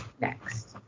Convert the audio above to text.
next